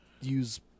use